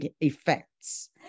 effects